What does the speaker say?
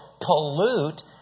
pollute